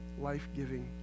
life-giving